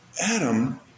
Adam